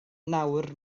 nawr